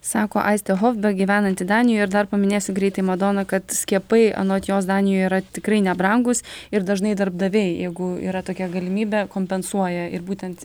sako aistė hofbek gyvenanti danijoj ir dar paminėsiu greitai madona kad skiepai anot jos danijoje yra tikrai nebrangūs ir dažnai darbdaviai jeigu yra tokia galimybė kompensuoja ir būtent